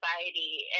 society